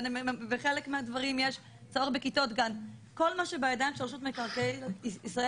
בחלק מהדברים יש צורך בכיתות --- כל מה שבידיים של רשות מקרקעי ישראל,